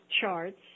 charts